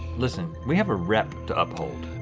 listen, we have a rep to uphold,